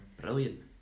Brilliant